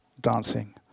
dancing